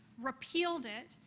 repealed it,